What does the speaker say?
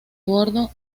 bordo